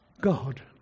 God